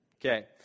Okay